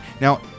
Now